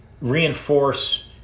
reinforce